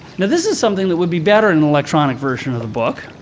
now this is something that would be better in an electronic version of the book.